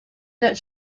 that